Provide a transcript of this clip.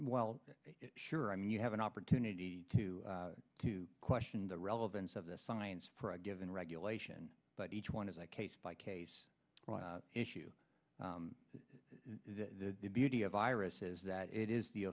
well sure i mean you have an opportunity to to question the relevance of this science for a given regulation but each one is i case by case issue the beauty of virus is that it is the